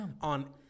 on